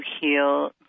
heal